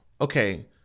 okay